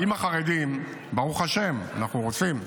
אם החרדים, ברוך השם, אנחנו רוצים,